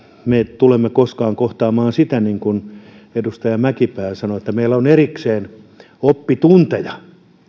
me tulemme koskaan kohtaamaan sitä niin kuin edustaja mäkipää sanoi että meillä on erikseen oppitunteja